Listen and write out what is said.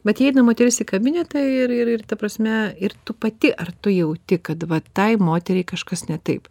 vai įeina moteris į kabinetą ir ir ir ta prasme ir tu pati ar tu jauti kad va tai moteriai kažkas ne taip